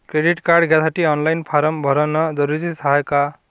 Credit card घ्यासाठी online form भरन जरुरीच हाय का?